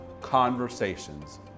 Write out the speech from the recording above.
conversations